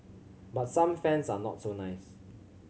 but some fans are not so nice